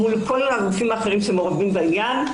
מול כל הגופים האחרים שמעורבים בעניין.